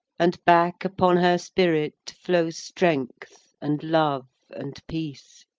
and back upon her spirit flow strength, and love, and peace.